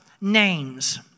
names